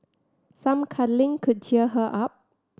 some cuddling could cheer her up